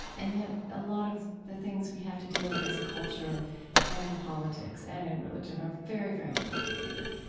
and yet a lot of the things that we have to deal with as a culture and in politics and in religion are very, very complicated.